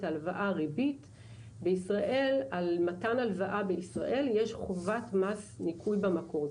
ההלוואה על מתן הלוואה בישראל יש חובת מס ניכוי במקור.